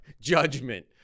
judgment